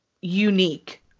unique